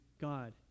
God